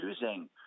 choosing